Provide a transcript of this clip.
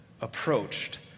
approached